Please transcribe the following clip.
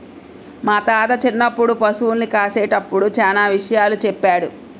మా తాత చిన్నప్పుడు పశుల్ని కాసేటప్పుడు చానా విషయాలు చెప్పాడు